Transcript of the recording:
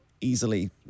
easily